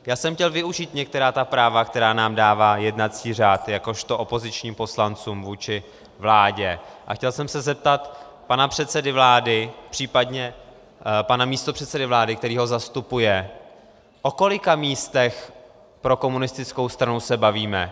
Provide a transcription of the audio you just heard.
Já jsem chtěl využít některá ta práva, která nám dává jednací řád jakožto opozičním poslancům vůči vládě, a chtěl jsem se zeptat pana předsedy vlády, případně pana místopředsedy vlády, který ho zastupuje: O kolika místech pro komunistickou stranu se bavíme?